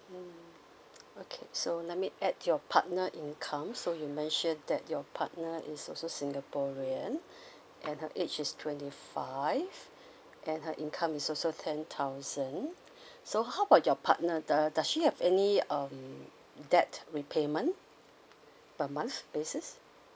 hmm okay so let me add your partner income so you mentioned that your partner is also singaporean and her age is twenty five and her income is also ten thousand so how about your partner uh does she have any um debt repayment per month basis